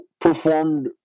performed